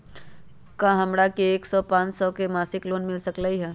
का हमरा के एक हजार पाँच सौ के मासिक लोन मिल सकलई ह?